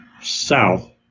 south